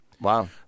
Wow